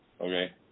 okay